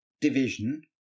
division